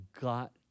got